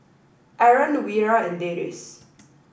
Aaron Wira and Deris